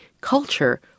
culture